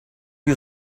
you